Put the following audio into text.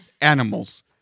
Animals